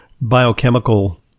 biochemical